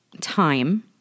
time